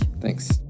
Thanks